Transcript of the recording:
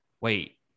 wait